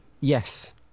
yes